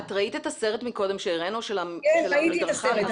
את ראית את הסרט מקודם שהראינו של המדרכה --- כן ראיתי את הסרט.